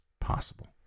possible